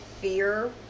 fear